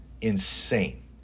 insane